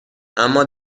اما